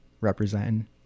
representing